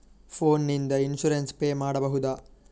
Phone ನಿಂದ insurance pay ಮಾಡಬಹುದ?